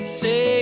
say